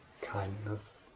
kindness